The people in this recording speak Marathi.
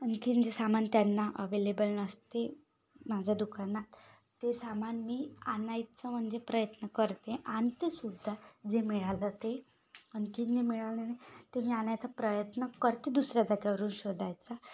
आणखीन जे सामान त्यांना अवेलेबल नसते माझ्या दुकानात ते सामान मी आणायचा म्हणजे प्रयत्न करते आणते सुद्धा जे मिळालं ते आणखीन जे मिळालं नाही ते मी आणायचा प्रयत्न करते दुसऱ्या जागेवरून शोधायचा